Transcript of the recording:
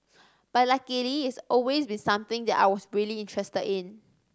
but luckily it's always been something that I was really interested in